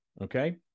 okay